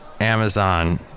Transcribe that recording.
Amazon